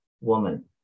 woman